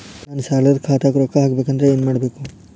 ನನ್ನ ಸಾಲದ ಖಾತಾಕ್ ರೊಕ್ಕ ಹಾಕ್ಬೇಕಂದ್ರೆ ಏನ್ ಮಾಡಬೇಕು?